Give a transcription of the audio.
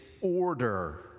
order